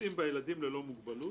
שנוסעים בה ילדים ללא מוגבלות".